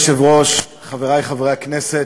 אדוני היושב-ראש, חברי חברי הכנסת,